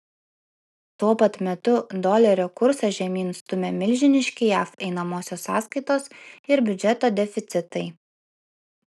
tuo pat metu dolerio kursą žemyn stumia milžiniški jav einamosios sąskaitos ir biudžeto deficitai